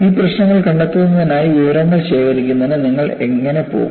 ഈ പ്രശ്നങ്ങൾ കണ്ടെത്തുന്നതിനായി വിവരങ്ങൾ ശേഖരിക്കുന്നതിന് നിങ്ങൾ എങ്ങനെ പോകും